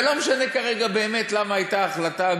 ולא משנה כרגע באמת למה הייתה ההחלטה,